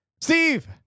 Steve